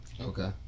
Okay